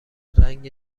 رنگ